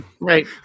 Right